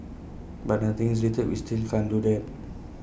but nothing is deleted we still can't do that